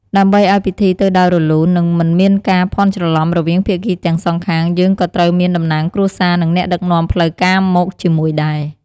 ដើម្បីអោយពិធីទៅដោយរលួន និងមិនមានការភាន់ច្រលំរវាងភាគីទាំងសងខាង យើងក៏ត្រូវមានតំណាងគ្រួសារ និងអ្នកដឹកនាំផ្លូវការមកជាមួយដែរ។